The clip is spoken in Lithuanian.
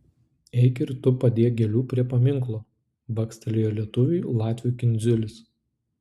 eik ir tu padėk gėlių prie paminklo bakstelėjo lietuviui latvių kindziulis